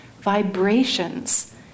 vibrations